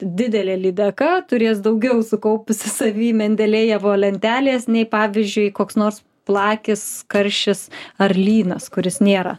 didelė lydeka turės daugiau sukaupusi savy mendelejevo lentelės nei pavyzdžiui koks nors plakis karšis ar lynas kuris nėra